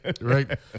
Right